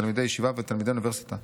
תלמידי ישיבה ותלמידי אוניברסיטה,